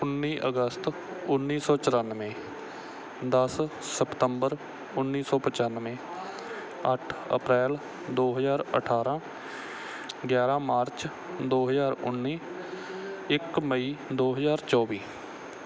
ਉੱਨੀ ਅਗਸਤ ਉੱਨੀ ਸੌ ਚੁਰਾਨਵੇਂ ਦਸ ਸਪਤੰਬਰ ਉੱਨੀ ਸੌ ਪਚਾਨਵੇਂ ਅੱਠ ਅਪ੍ਰੈਲ ਦੋ ਹਜ਼ਾਰ ਅਠਾਰਾਂ ਗਿਆਰਾਂ ਮਾਰਚ ਦੋ ਹਜ਼ਾਰ ਉੱਨੀ ਇਕ ਮਈ ਦੋ ਹਜ਼ਾਰ ਚੌਵੀ